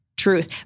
truth